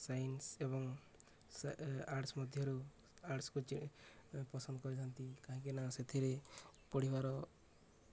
science ଏବଂ arts ମଧ୍ୟରୁ ଆର୍ଟସ୍କୁ ପସନ୍ଦ କରିଥାନ୍ତି କାହିଁକି ନା ସେଥିରେ ପଢ଼ିବାର